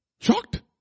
Shocked